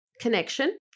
connection